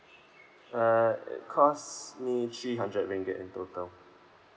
uh it costs me three hundred ringgit in total